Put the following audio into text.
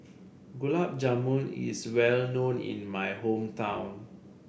Gulab Jamun is well known in my hometown